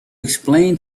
explain